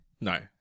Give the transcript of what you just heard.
No